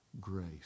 grace